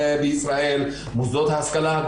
כמו אחיותיה היהודיות.